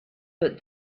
but